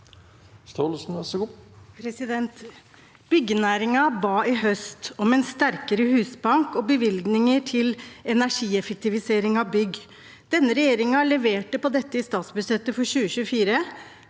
Staalesen (A) Byggenærin- gen ba i høst om en sterkere husbank og bevilgninger til energieffektivisering av bygg. Denne regjeringen leverte på dette i statsbudsjettet for 2024